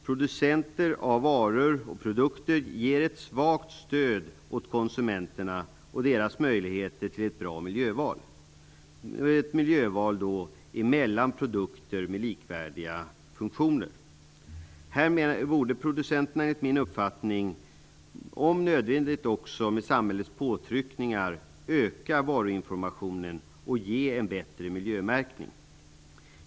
Producenter av varor och produkter ger ett svagt stöd åt konsumenterna och deras möjligheter till ett bra miljöval, ett val mellan produkter med likvärdiga funktioner. Enligt min uppfattning borde producenterna, om nödvändigt med samhällets påtryckningar, öka varuinformationen och ge en bättre miljömärkning.